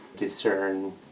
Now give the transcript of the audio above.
discern